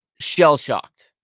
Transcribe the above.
shell-shocked